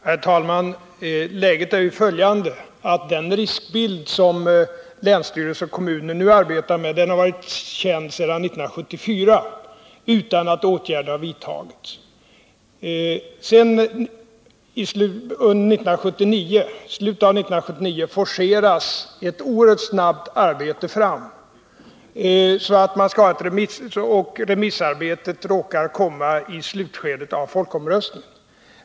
Herr talman! Läget är ju det, att den riskbild som länsstyrelser och kommuner nu arbetar med har varit känd sedan 1974 utan att åtgärder vidtagits. I slutet av 1979 forceras arbetet oerhört, och remissförfarandet råkar komma i slutskedet av förberedelserna inför folkomröstningen.